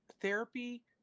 therapy